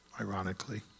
ironically